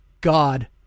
God